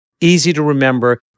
easy-to-remember